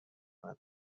قدمت